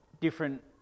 different